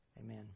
Amen